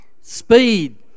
Speed